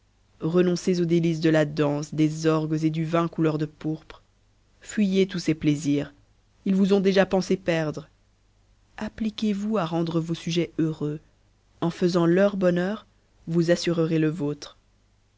renoncez aux délices de la danse des orgues et du vin couleur de pourpre fuyez tous ces plaisirs ils vous ont déjà pensé perdre appliquez-vous à rendre vos sujets heureux en faisant leur bonheur vous assurerez le votre